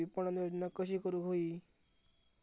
विपणन योजना कशी करुक होई?